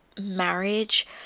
marriage